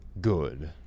good